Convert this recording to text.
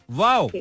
wow